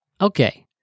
Okay